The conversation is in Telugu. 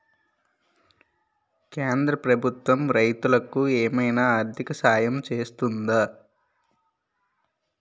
కేంద్ర ప్రభుత్వం రైతులకు ఏమైనా ఆర్థిక సాయం చేస్తుందా?